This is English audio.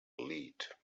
lead